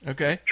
Okay